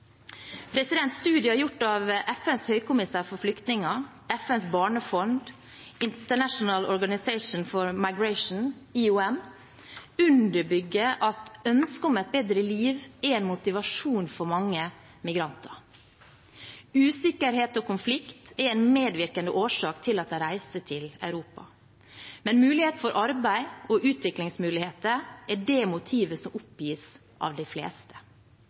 gjort av FNs høykommissær for flyktninger, FNs barnefond og International Organization for Migration, IOM, underbygger at ønsket om et bedre liv er en motivasjon for mange migranter. Usikkerhet og konflikt er en medvirkende årsak til at de reiser til Europa, men mulighet for arbeid og utviklingsmuligheter er det motivet som oppgis av de fleste.